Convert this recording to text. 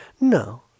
No